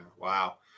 Wow